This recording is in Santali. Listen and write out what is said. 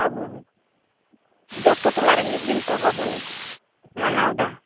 ᱟᱵᱚ ᱡᱚᱛᱚ ᱴᱚᱞᱟᱨᱮ ᱢᱤᱫ ᱛᱮ ᱛᱚ ᱵᱟᱵᱚᱱ ᱢᱟᱱᱟᱣ ᱮᱫᱟ